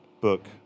book